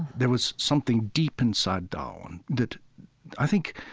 there was something deep inside darwin that i think